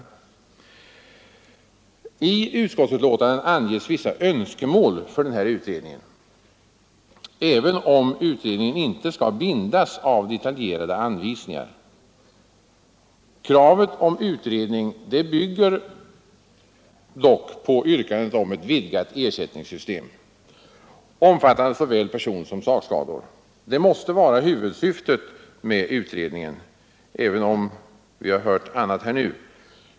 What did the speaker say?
I utskottsbetänkandet anges vissa önskemål för den här utredningen, även om den inte skall bindas av detaljerade anvisningar. Kravet om utredning bygger dock på yrkanden om ett vidgat ersättningssystem, omfattande såväl personsom sakskador. Det måste vara huvudsyftet med utredningen, även om vi här nu har hört annat.